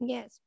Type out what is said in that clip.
Yes